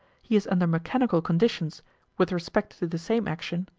he is under mechanical conditions with respect to the same action,